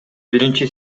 биринчи